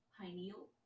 pineal